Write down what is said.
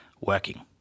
working